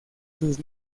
sus